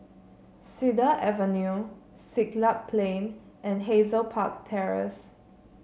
Cedar Avenue Siglap Plain and Hazel Park Terrace